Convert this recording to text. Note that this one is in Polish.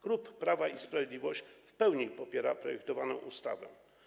Klub Prawo i Sprawiedliwość w pełni popiera projektowaną ustawę.